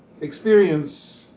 experience